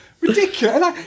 Ridiculous